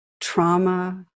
trauma